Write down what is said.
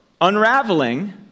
unraveling